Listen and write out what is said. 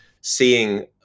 seeing